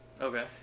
okay